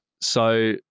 So-